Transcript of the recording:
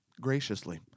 graciously